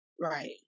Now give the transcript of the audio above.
Right